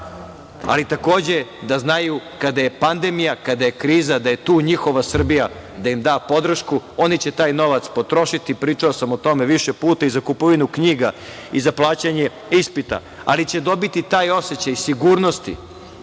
ali takođe da znaju kada je pandemija, kada je kriza, da je tu njihova Srbija da im da podršku. Oni će taj novac potrošiti, pričao sam o tome više puta, i za kupovinu knjiga, i za plaćanje ispita, ali će dobiti taj osećaj sigurnosti